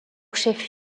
chef